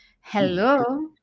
Hello